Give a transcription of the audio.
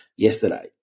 yesterday